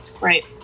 Right